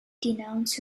denounced